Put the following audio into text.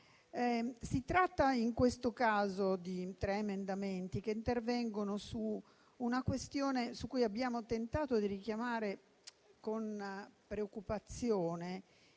Si tratta in questo caso di tre emendamenti che intervengono su una questione su cui abbiamo tentato di richiamare, con preoccupazione